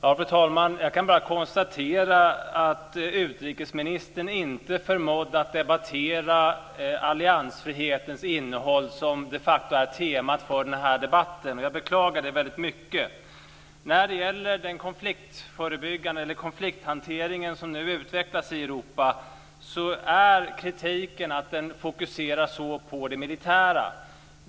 Fru talman! Jag kan bara konstatera att utrikesministern inte förmådde debattera alliansfrihetens innehåll, som de facto är temat för den här debatten. Jag beklagar det väldigt mycket. Kritiken mot den konflikthantering som nu utvecklas i Europa går ut på att den så mycket fokuserar på det militära.